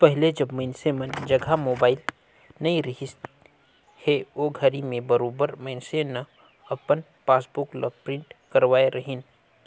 पहिले जब मइनसे मन जघा मोबाईल नइ रहिस हे ओघरी में बरोबर मइनसे न अपन पासबुक ल प्रिंट करवाय रहीन